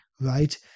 right